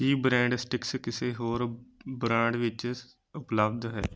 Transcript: ਕੀ brand sticks ਕਿਸੇ ਹੋਰ brand ਵਿੱਚ ਉਪਲੱਬਧ ਹੈ